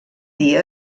dia